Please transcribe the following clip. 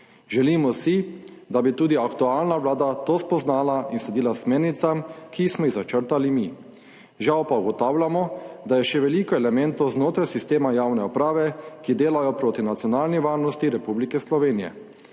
Želimo si, da bi tudi aktualna vlada to spoznala in sledila smernicam, ki smo jih začrtali mi. Žal pa ugotavljamo, da je še veliko elementov znotraj sistema javne uprave, ki delajo proti nacionalni varnosti Republike Slovenije.